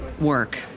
work